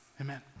Amen